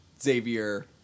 Xavier